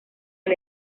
del